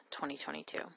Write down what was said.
2022